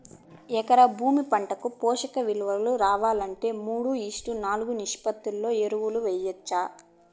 ఎకరా భూమి పంటకు పోషక విలువలు రావాలంటే మూడు ఈష్ట్ నాలుగు నిష్పత్తిలో ఎరువులు వేయచ్చా?